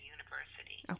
University